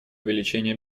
увеличение